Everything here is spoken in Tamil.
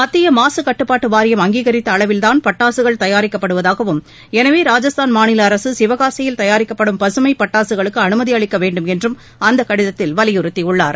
மத்திய மாசு கட்டுப்பாட்டு வாரியம் அங்கீகரித்த அளவில் தான் பட்டாசுகள் தயாரிக்கப்படுவதாகவும் எனவே ராஜஸ்தான் மாநில அரசு சிவகூசியில் தயாரிக்கப்படும் பசுமை பட்டாசுகளுக்கு அனுமதி அளிக்க வேண்டும் என்றும் அந்த கடிதத்தில் வலியுறுத்தியுள்ளார்